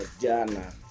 Jana